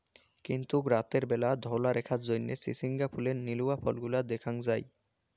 কিন্তুক রাইতের ব্যালা ধওলা রেখার জইন্যে চিচিঙ্গার ফুলের নীলুয়া ফলগুলা দ্যাখ্যাং যাই